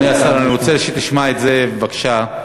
אדוני השר, אני רוצה שתשמע את זה, בבקשה.